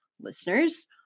listeners